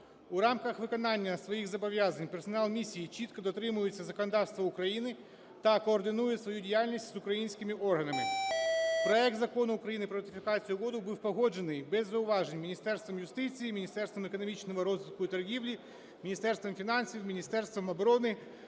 У рамках виконання своїх зобов'язань персонал місії чітко дотримується законодавства України та координує свою діяльність з українськими органами. Проект Закону України про ратифікацію угоди був погоджений без зауважень Міністерством юстиції, Міністерством економічного розвитку і торгівлі, Міністерством фінансів, Міністерством оборони